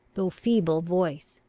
though feeble voice.